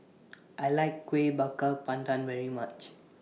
I like Kuih Bakar Pandan very much